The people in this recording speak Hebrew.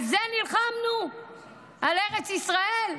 על זה נלחמנו על ארץ ישראל?